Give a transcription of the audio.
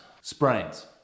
Sprains